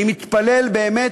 אני מתפלל, באמת,